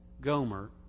Gomer